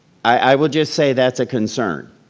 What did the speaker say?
i will just say that's a concern.